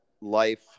life